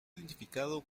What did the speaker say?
identificado